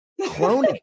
Cloning